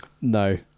No